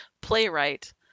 playwright